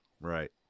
Right